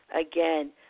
Again